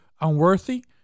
unworthy